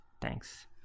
Thanks